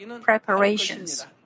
preparations